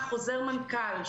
חוזר מנכ"ל,